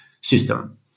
system